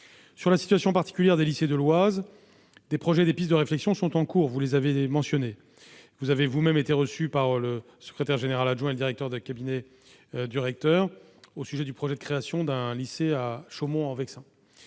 Sur la situation particulière des lycées de l'Oise, des projets et des pistes de réflexion sont en cours- vous l'avez mentionné. Vous avez vous-même été reçu par le secrétaire général adjoint et le directeur de cabinet du recteur au sujet du projet de création d'un lycée à Chaumont-en-Vexin.